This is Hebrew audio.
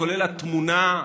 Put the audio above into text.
כולל התמונה,